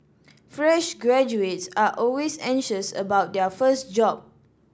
fresh graduates are always anxious about their first job